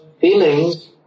feelings